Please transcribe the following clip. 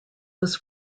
was